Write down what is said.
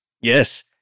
Yes